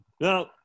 Now